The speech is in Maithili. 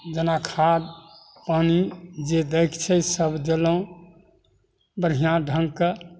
जेना खाद पानि जे दैके छै सभ देलहुॅं बढ़िआँ ढङ्गके